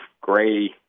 gray